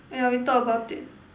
!aiya! we talk about it